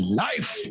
life